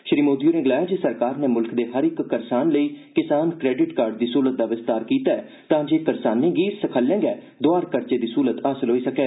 श्री मोदी होरें गलाया जे सरकार नै मुल्ख दे हर इक करसान लेई किसान क्रेडिट कार्ड दी स्हूलत दा विस्तार कीता ऐ तांजे करसानें गी सखल्ले दोआर कर्जे दी स्हूलत हासल होई सकै